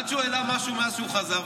עד שהוא העלה משהו מאז שהוא חזר,